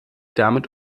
damit